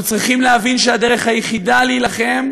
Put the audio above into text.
אנו צריכים להבין שהדרך היחידה להילחם